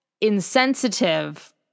insensitive